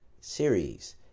series